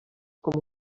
com